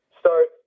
start